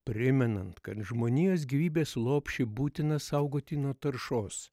primenant kad žmonijos gyvybės lopšį būtina saugoti nuo taršos